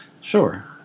sure